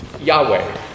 Yahweh